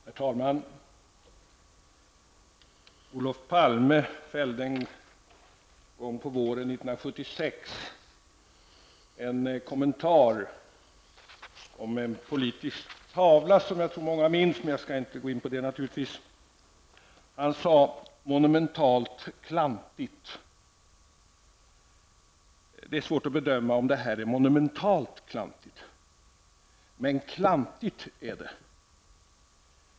Herr talman! Olof Palme gjorde våren 1976 en kommentar om en politisk tavla som jag tror att många minns. Men jag skall naturligtvis inte gå in på den. Han sade: Monumentalt klantigt. Det är svårt att bedöma om detta är monumentalt klantigt, men klantigt är det.